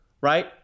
right